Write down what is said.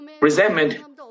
resentment